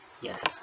yes